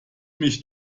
mich